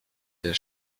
der